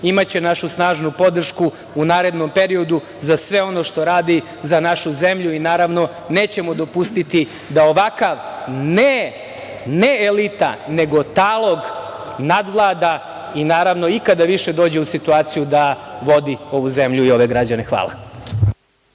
Imaće našu snažnu podršku u narednom periodu za sve ono što radi, za našu zemlju i nećemo dopustiti da ovakav, ne elita, nego talog nadvlada i da ikada dođe u situaciju da vodi ovu zemlju i ove građane. Hvala.